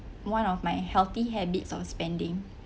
one of my healthy habits of spending